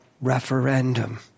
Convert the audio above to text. referendum